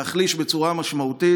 להחליש בצורה משמעותית,